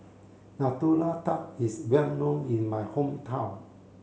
Nutella Tart is well known in my hometown